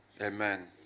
Amen